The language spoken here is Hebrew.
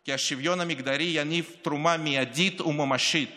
כי השוויון המגדרי יניב תרומה מיידית וממשית